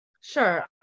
Sure